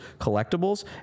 collectibles